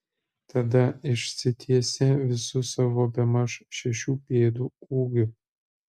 tada išsitiesė visu savo bemaž šešių pėdų ūgiu